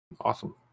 Awesome